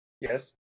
Yes